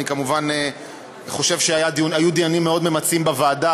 אני כמובן חושב שהיו דיונים מאוד ממצים בוועדה,